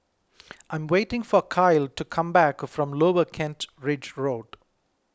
I am waiting for Kyle to come back from Lower Kent Ridge Road